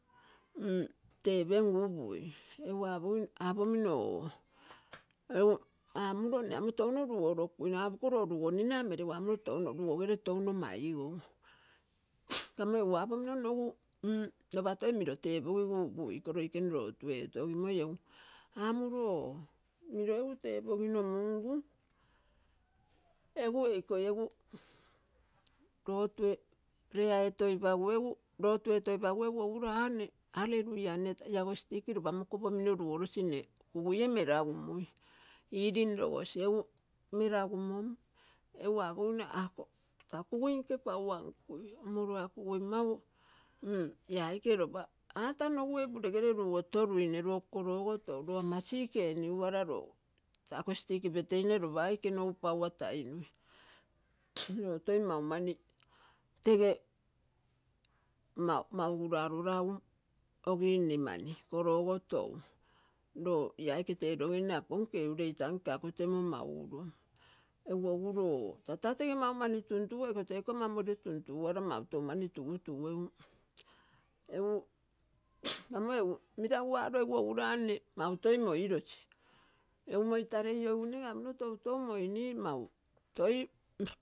Tepengu upui, egu apomino o, egu amulo nne amo touno lugolokui, apomino lo lugonila mele egu amulo touno lugogele touno maigou. Kamo egu apomino nogu m-lopa toi milo tepigigu upui, iko loikene lotu etogimoi egu amulo o, milo egu tepogigu mungu, egu eikoi egu, prayer etoipagu egu lotu etoipagu egu agulo a nne alleluia nne iago stick lopa mokopomino lugolosi nne kuguie melagumui. Healing logosi egu, melagumou egu apogino ako ta kuguink paua nkui, mmo lo ako kugui mau m- ee aike lopa ata nogu e puregele lugotoluine, lo kologo tou, lo ama sik eniguara lo. Ako stick peteine lopa aike nogu paua tainui lo toi maumani tege mauguralo lagu ogi nne mani, kologo tou. Loia aike telogimme ako nkei ureita nke ureita nke ako temmo maugulom. Egu ogulo o, tata tege maumani tumtuguo eiko teiko ama moliro tumtuguaru mautou mani tumtuguo. Egu m-amo egu meraguaro egu oguro a nne mau toi moilasi, egu moitalei iouigu nege apominlo toitou moini mau toi.